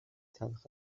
تلخ